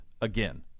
again